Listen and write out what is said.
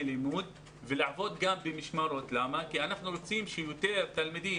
לימודים ולעבוד גם במשמרות כי אנחנו רוצים שיותר תלמידים